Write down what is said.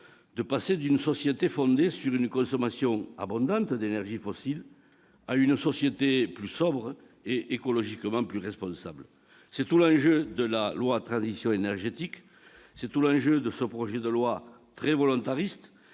de passer d'une société fondée sur une consommation abondante d'énergies fossiles à une société plus sobre et écologiquement plus responsable. C'est tout l'enjeu de la loi relative à la transition énergétique, c'est tout l'enjeu de ce projet de loi très volontariste,